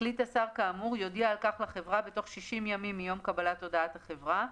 החליט השר כאמור יודיע על כך לחברה בתוך 60 ימים מיום קבלת הודעת החברה,